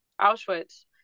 auschwitz